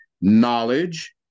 knowledge